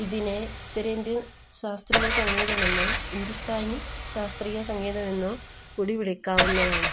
ഇതിനെ ഉത്തരേന്ത്യൻ ശാസ്ത്രീയസംഗീതമെന്നോ ഹിന്ദുസ്ഥാനി ശാസ്ത്രീയസംഗീതമെന്നോ കൂടി വിളിക്കാവുന്നതാണ്